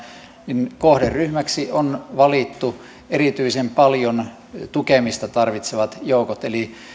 niin kohderyhmäksi on valittu erityisen paljon tukemista tarvitsevat joukot eli